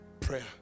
prayer